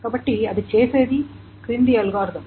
కాబట్టి అది చేసేది క్రింది అల్గోరిథం